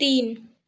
तीन